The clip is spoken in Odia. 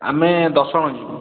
ଆମେ ଦଶ ଜଣ ଯିବୁ